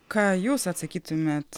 ką jūs atsakytumėt